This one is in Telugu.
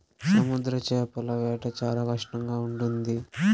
సముద్ర చేపల వేట చాలా కష్టంగా ఉంటుంది